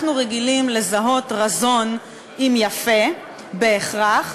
אנחנו רגילים לזהות רזון עם יפה בהכרח,